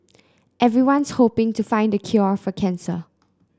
everyone's hoping to find the cure for cancer